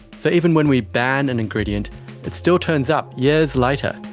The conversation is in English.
so even when we ban an ingredient, it still turns up years later.